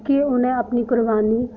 केह् उ'न्नें अपनी कुर्बानी